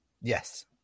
yes